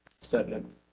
Second